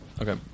Okay